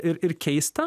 ir ir keista